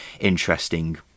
interesting